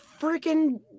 freaking